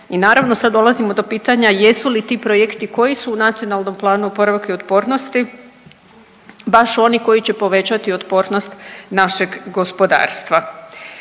i naravno sad dolazimo do pitanja jesu li ti projekti koji su u NPOO-u baš oni koji će povećati otpornost našeg gospodarstva.